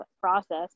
process